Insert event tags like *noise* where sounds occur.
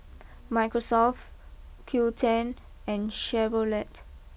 Microsoft *noise* Qoo ten and Chevrolet